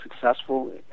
successful